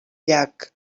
llac